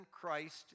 Christ